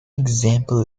example